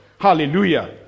Hallelujah